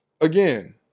again